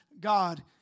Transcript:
God